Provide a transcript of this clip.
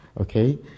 okay